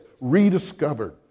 rediscovered